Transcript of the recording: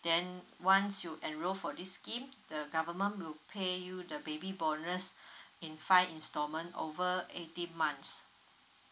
then once you enroll for this scheme the government will pay you the baby bonus in five installment over eighteen months